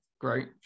great